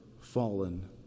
fallen